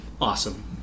awesome